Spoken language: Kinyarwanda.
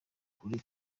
kure